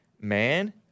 man